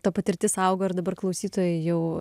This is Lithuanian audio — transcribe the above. ta patirtis auga ir dabar klausytojai jau